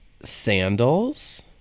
sandals